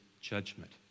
judgment